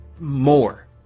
more